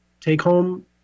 take-home